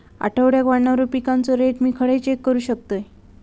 आठवड्याक वाढणारो पिकांचो रेट मी खडे चेक करू शकतय?